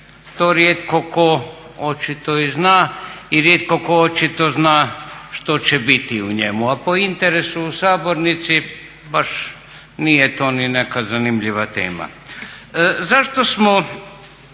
to rijetko tko očito i zna, i rijetko tko očito zna što će biti u njemu. A po interesu u sabornici baš nije to ni neka zanimljiva tema. Zašto smo,